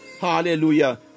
Hallelujah